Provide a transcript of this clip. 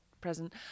present